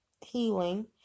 healing